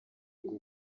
ngo